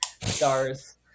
stars